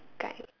guy